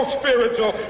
spiritual